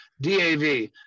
DAV